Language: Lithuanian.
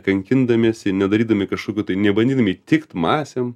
kankindamiesi nedarydami kažkokių tai nebandydami įtikt masėm